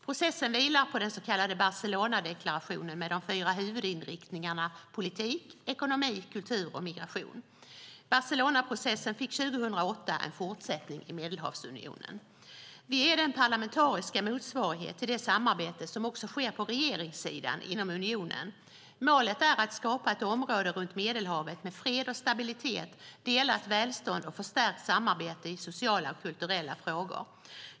Processen vilar på den så kallade Barcelonadeklarationen med de fyra huvudinriktningarna politik, ekonomi, kultur och migration. Barcelonaprocessen fick 2008 en fortsättning i Medelhavsunionen. Vi är den parlamentariska motsvarigheten till det samarbete som sker på regeringssidan inom Unionen för Medelhavet. Målet är att skapa ett område runt Medelhavet med fred och stabilitet, delat välstånd och förstärkt samarbete i sociala och kulturella frågor.